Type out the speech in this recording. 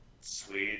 Sweet